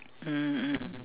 mm mm